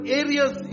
areas